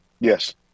Yes